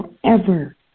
forever